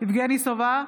יבגני סובה,